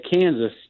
Kansas